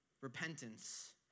repentance